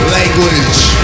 Language